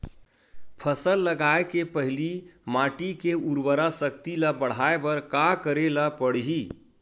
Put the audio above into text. फसल लगाय के पहिली माटी के उरवरा शक्ति ल बढ़ाय बर का करेला पढ़ही?